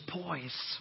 poise